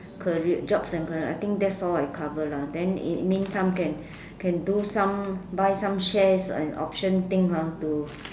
career jobs and career I think that's all I cover lah then in meantime can can do some buy some shares and option thing ha to